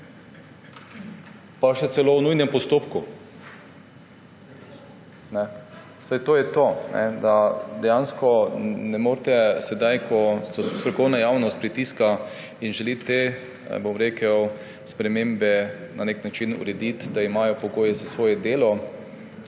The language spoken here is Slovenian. Pa še celo po nujnem postopku. Saj to je to – da dejansko ne morete, sedaj ko strokovna javnost pritiska in želi te spremembe na nek način urediti, da imajo pogoje za svoje delo,